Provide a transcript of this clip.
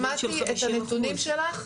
שמעתי את הנתונים שלך.